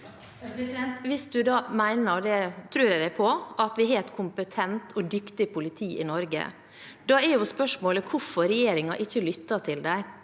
jeg ham på, at vi har et kompetent og dyktig politi i Norge, er jo spørsmålet hvorfor regjeringen ikke lytter til dem